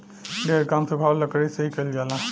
ढेर काम सुखावल लकड़ी से ही कईल जाला